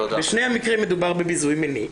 בשני המקרים מדובר בביזוי מיני.